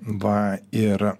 va ir